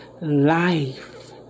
life